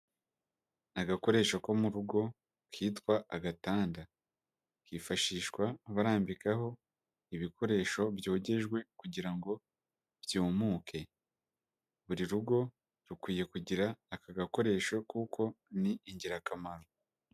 Agakoresho ko mu rugo kitwa agatanda. Kifashishwa abarambikaho ibikoresho byogejwe kugira ngo byumuke. Buri rugo rukwiye kugira aka gakoresho kuko ni ingirakamaro.